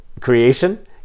Creation